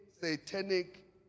Satanic